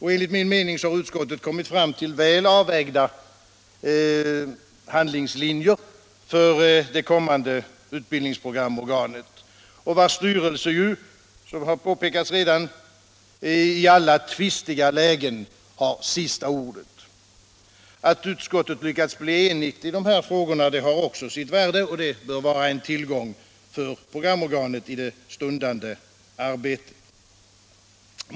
Enligt min mening har utskottet kommit fram till väl avvägda handlingslinjer för det kommande utbildningsprogramorganet, vars styrelse, som redan har påpekats, i alla tvistiga lägen har sista ordet. Att utskottet lyckats bli enigt i dessa frågor har också sitt värde och bör vara en tillgång för programorganet i det stundande arbetet.